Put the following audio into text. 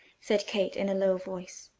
said kate in a low voice.